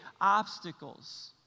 obstacles